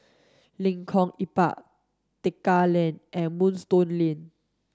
Lengkong Empat Tekka Lane and Moonstone Lane